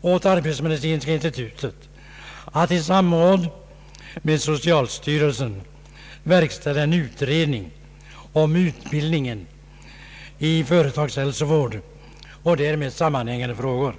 åt arbetsmedicinska institutet att i samråd med socialstyrelsen verkställa utredning om utbildningen i företagshäl sovård och därmed sammanhängande frågor.